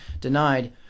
denied